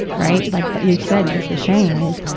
right. like, but you said with the shame is,